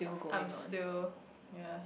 I am still ya